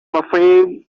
afraid